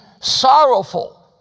sorrowful